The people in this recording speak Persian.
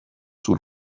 طول